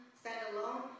standalone